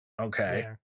okay